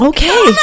Okay